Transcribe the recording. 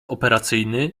operacyjny